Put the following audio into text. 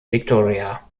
victoria